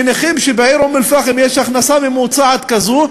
מניחים שבעיר אום-אלפחם יש הכנסה ממוצעת כזו,